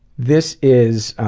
this is